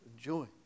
joy